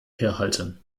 herhalten